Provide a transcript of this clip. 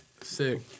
Sick